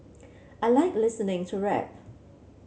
I like listening to rap